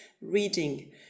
reading